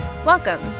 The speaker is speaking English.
Welcome